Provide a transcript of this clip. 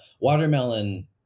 watermelon